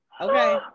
Okay